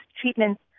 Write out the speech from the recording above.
treatments